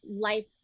life